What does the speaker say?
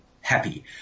happy